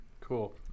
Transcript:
cool